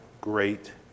great